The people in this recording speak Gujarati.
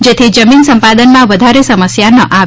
જેથી જમીન સંપાદનમાં વધારે સમસ્યા ન આવે